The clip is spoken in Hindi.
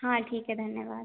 हाँ ठीक है धन्यवाद